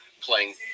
playing